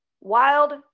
Wild